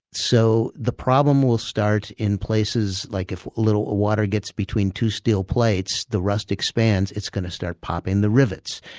so the problem will start in places. like if a little ah water gets between two steel plates, the rust expands, it's going to start popping the rivets.